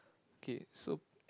kay so